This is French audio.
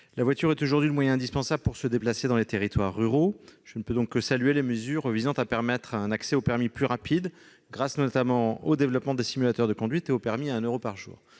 La voiture est aujourd'hui le moyen indispensable pour se déplacer dans les territoires ruraux ; je ne puis donc que saluer les mesures visant à permettre un accès plus rapide au permis de conduire, notamment grâce au développement des simulateurs de conduite et au permis à un euro par jour.